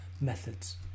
methods